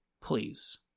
please